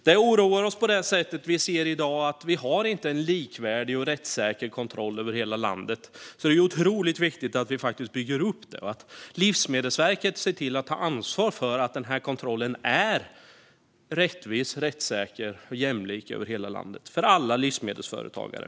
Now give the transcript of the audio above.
Det oroar oss därför att vi i dag ser att vi inte har en likvärdig och rättssäker kontroll över hela landet. Det är otroligt viktigt att vi faktiskt bygger upp en sådan och att Livsmedelsverket ser till att ta ansvar för att kontrollen är rättvis, rättssäker och jämlik över hela landet, för alla livsmedelsföretagare.